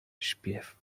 śpiew